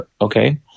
okay